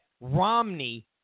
Romney